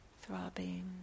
Throbbing